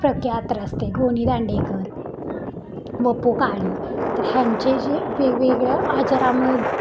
प्र के अत्रे असतील गो नी दांडेकर व पु काळे तर ह्यांचे जे वेगवेगळ्या अजरामर